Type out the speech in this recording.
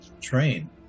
train